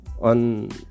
On